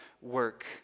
work